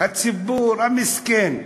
הציבור המסכן.